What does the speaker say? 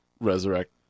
resurrect